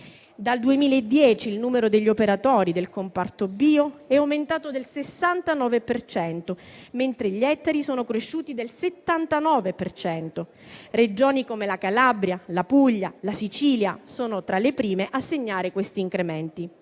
Dal 2010 il numero degli operatori del comparto bio è aumentato del 69 per cento, mentre gli ettari sono cresciuti del 79 per cento. Regioni come la Calabria, la Puglia e la Sicilia sono tra le prime a segnare questi incrementi.